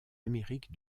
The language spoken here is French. amérique